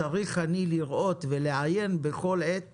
צריך אני לראות ולעיין בכל עת